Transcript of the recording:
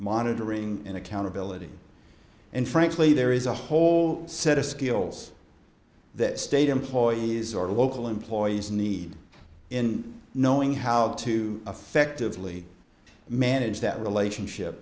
monitoring and accountability and frankly there is a whole set of skills that state employees or local employees need in knowing how to effectively manage that relationship